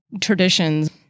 traditions